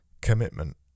commitment